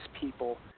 people